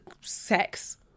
sex